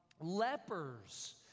Lepers